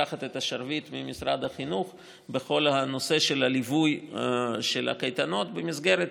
לקחת את השרביט ממשרד החינוך בכל הנושא של הליווי של הקייטנות במסגרת